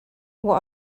what